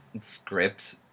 script